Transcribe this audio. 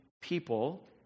people